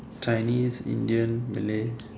Chinese Indian Malay